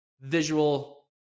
visual